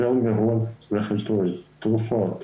יותר כסף לכיסוי תרופות,